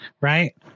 right